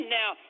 now